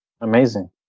Amazing